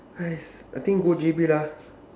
!hais! I think go J_B lah